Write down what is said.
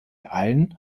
allen